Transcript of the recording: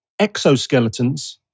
exoskeletons